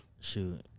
shoot